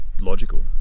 logical